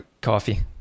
coffee